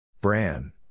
Bran